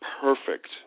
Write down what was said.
perfect